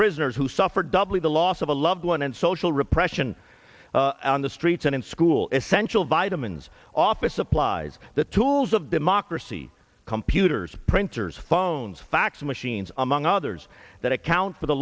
prisoners who suffer doubly the loss of a loved one and social repression on the streets and in school essential vitamins office supplies the tools of democracy computers printers phones fax machines among others that account for the